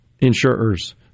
insurers